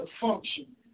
function